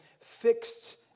fixed